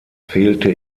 fehlte